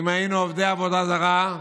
אם היינו עובדי עבודה זרה,